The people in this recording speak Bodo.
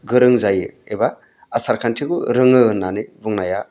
गोरों जायो एबा आसार खान्थिखौ रोङो होननानै बुंनाया